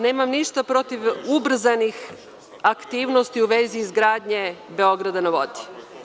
Nemam ništa protiv ubrzanih aktivnosti u vezi izgradnje „Beograda na vodi“